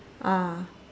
ah